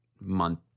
month